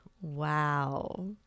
Wow